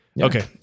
Okay